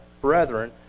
brethren